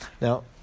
Now